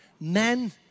men